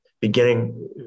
beginning